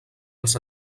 als